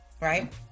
right